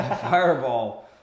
Fireball